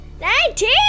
Nineteen